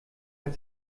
hat